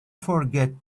forget